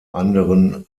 anderen